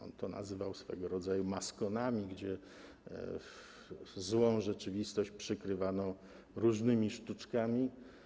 On to nazywał swego rodzaju maskonami, gdzie złą rzeczywistość przykrywano różnymi sztuczkami.